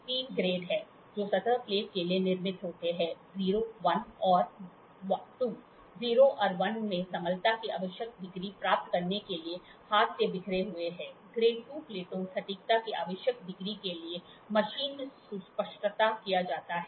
तीन ग्रेड हैं जो सतह प्लेट के लिए निर्मित होते हैं 0 I और II 0 और I मैं समतलता की आवश्यक डिग्री प्राप्त करने के लिए हाथ से बिखरे हुए हैं ग्रेड II प्लेटें सटीकता की आवश्यक डिग्री के लिए मशीन सुस्पष्टता किया जाता है